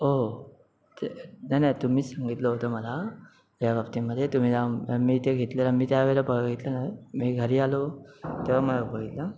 हो ते नाही नाही तुम्हीच सांगितलं होतं मला या बाबतीमधे तुम्ही जाऊन मी ते घेतलेल्या मी त्या वेळेला बघितलं नाही मी घरी आलो तेव्हा मला बघितलं